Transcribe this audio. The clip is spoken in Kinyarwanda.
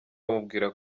bamubwira